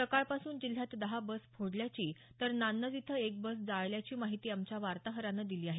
सकाळ पासून जिल्ह्यात दहा बस फोडल्याची तर नान्नज इथं एक बस जाळल्याची माहिती आमच्या वार्ताहरानं दिली आहे